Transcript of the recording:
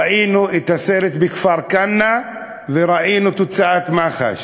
ראינו את הסרט מכפר-כנא, וראינו את התוצאה במח"ש.